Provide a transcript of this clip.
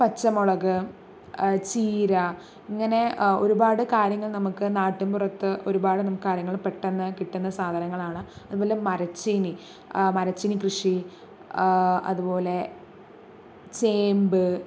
പച്ചമുളക് ചീര ഇങ്ങനെ ഒരുപാട് കാര്യങ്ങൾ നമുക്ക് നാട്ടിൻ പുറത്ത് ഒരുപാട് നമുക്ക് കാര്യങ്ങള് പെട്ടെന്ന് കിട്ടുന്ന സാധങ്ങളാണ് അതുപോലെ മരച്ചീനി മരച്ചീനിക്കൃഷി അതുപോലെ ചേമ്പ്